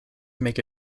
make